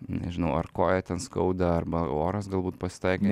nežinau ar koją ten skauda arba oras galbūt pasitaikė